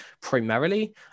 Primarily